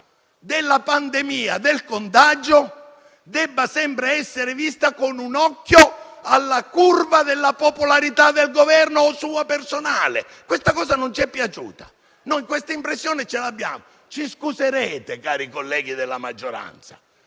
della pandemia, del contagio debba sempre essere vista con un occhio alla curva della popolarità del Governo o sua personale. Questo non ci è piaciuto; questa impressione noi ce l'abbiamo. Ci scuserete, cari colleghi della maggioranza,